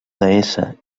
deessa